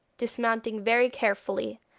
dismounting very carefully,